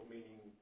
Meaning